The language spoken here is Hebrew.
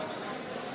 מוסף (תיקון,